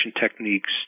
techniques